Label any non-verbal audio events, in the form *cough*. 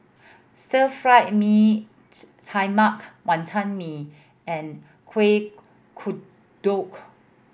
stir fried mee *unintelligible* tai mak Wantan Mee and Kuih Kodok